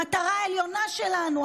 המטרה העליונה שלנו,